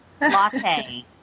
latte